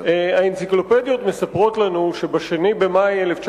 האנציקלופדיות מספרות לנו שב-2 במאי 1957